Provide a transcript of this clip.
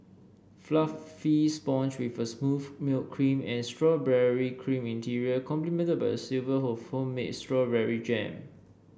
fluffy sponge with a smooth milk cream and strawberry cream interior complemented by a silver of homemade strawberry jam